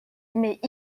mais